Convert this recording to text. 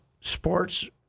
sports